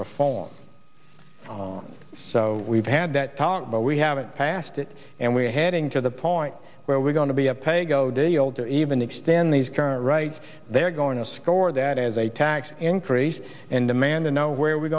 reform so we've had that talk but we haven't passed it and we're heading to the point where we're going to be a pay go deal to even extend these current rights they're going to score that as a tax increase and demand the know where we